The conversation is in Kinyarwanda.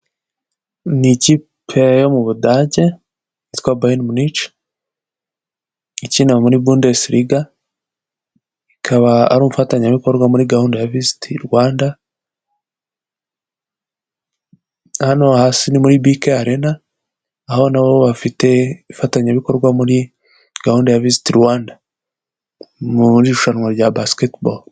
Ni ikipe yo m'Ubudage yitwa Bayern Munchen ikina muri Bundesliga, ikaba ari umufatanyabikorwa muri gahunda ya visiti Rwanda, hano hasi ni muri BK Arena, aho nabo bafite ifatanyabikorwa muri gahunda ya visiti Rwanda muri irushanwa rya basikete bolo.